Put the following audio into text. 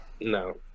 No